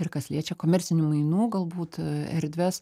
ir kas liečia komercinių mainų galbūt erdves